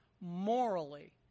morally